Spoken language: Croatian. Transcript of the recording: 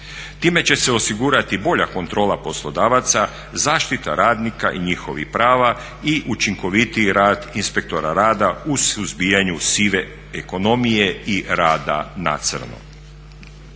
Time će se osigurati bolja kontrola poslodavaca, zaštita radnika i njihovih prava i učinkovitiji rad inspektora rada u suzbijanju sive ekonomije i rada na crno.